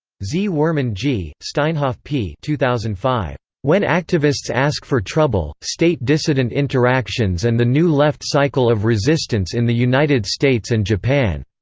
zwerman g, steinhoff p. two thousand and five. when activists ask for trouble state-dissident interactions and the new left cycle of resistance in the united states and japan.